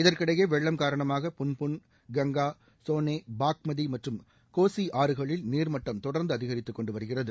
இதற்கிடையே வெள்ளம் காரணமாக புன்புன் கங்கா சோனே பாக்மதி மற்றும் கோசி ஆறுகளில் நீர்மட்டம் தொடர்ந்து அதிகரித்து கொண்டு வருகிறது